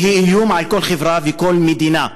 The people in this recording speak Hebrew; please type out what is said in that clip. כי היא איום על כל חברה וכל מדינה.